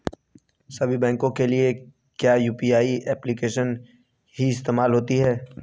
सभी बैंकों के लिए क्या यू.पी.आई एप्लिकेशन ही इस्तेमाल होती है?